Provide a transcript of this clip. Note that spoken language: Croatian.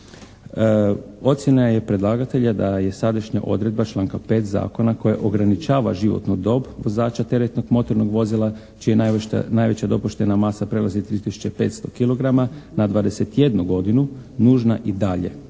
Ocjena je predlagatelja da je sadašnja odredba članka 5. zakona koja ograničava životnu dob vozača teretnog motornog vozila, čija najveća dopuštena masa prelazi 3 tisuće 500 kilograma na 21 godinu, nužna i dalje